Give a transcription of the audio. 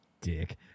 dick